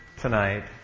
tonight